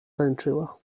tańczyła